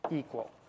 equal